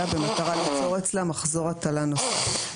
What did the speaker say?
במטרה ליצור אצלה מחזור הטלה נוסף.